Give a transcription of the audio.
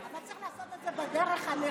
אבל צריך לעשות את זה בדרך הנכונה,